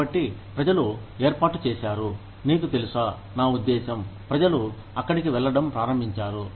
కాబట్టి ప్రజలు ఏర్పాటు చేశారు నీకు తెలుసా నా ఉద్దేశ్యం ప్రజలు అక్కడికి వెళ్లడం ప్రారంభించారు